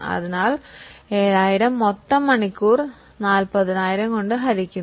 അതിനാൽ 7000 40000 കൊണ്ട് ഹരിക്കുന്നു